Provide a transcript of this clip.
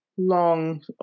long